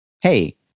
hey